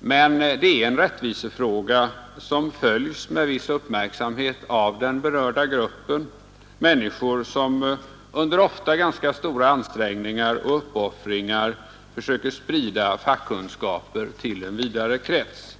men det är en rättvisefråga som följs med viss uppmärksamhet av den berörda gruppen människor, som under ofta ganska stora ansträngningar och uppoffringar försöker sprida fackkunskaper till en vidare krets.